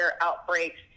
outbreaks